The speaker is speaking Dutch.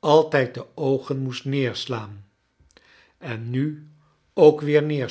altijd de oogen moest neorslaan en nu ool weer